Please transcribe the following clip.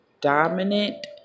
dominant